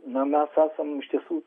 na mes esam iš tiesų